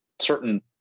certain